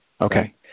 Okay